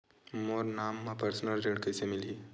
मोर नाम म परसनल ऋण कइसे मिलही?